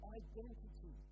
identity